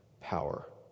power